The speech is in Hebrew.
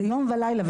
זה יום ולילה.